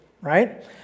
right